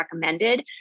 recommended